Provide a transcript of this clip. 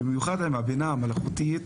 במיוחד עם הבינה המלאכותית,